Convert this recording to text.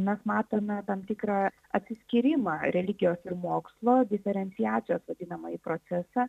mes matome tam tikrą atsiskyrimą religijos ir mokslo diferenciacijos vadinamąjį procesą